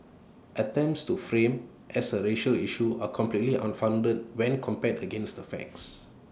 attempts to frame as A racial issue are completely unfounded when compared against the facts